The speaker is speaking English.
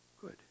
good